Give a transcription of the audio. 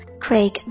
Craig